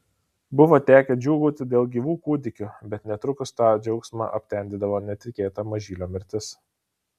buvo tekę džiūgauti dėl gyvų kūdikių bet netrukus tą džiaugsmą aptemdydavo netikėta mažylio mirtis